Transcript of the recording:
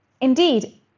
Indeed